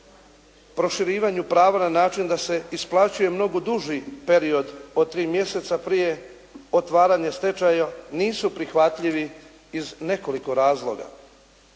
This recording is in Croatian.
proširivanju prava na način da se isplaćuje mnogo duži period od tri mjeseca prije otvaranja stečaja nisu prihvatljivi iz nekoliko razloga.